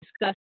discuss